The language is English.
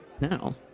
Now